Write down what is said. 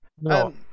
No